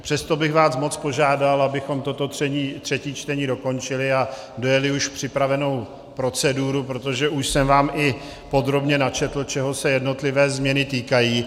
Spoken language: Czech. Přesto bych vás moc požádal, abychom toto třetí čtení dokončili a dojeli už připravenou proceduru, protože už jsem vám i podrobně načetl, čeho se jednotlivé změny týkají.